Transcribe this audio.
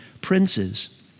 princes